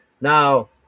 Now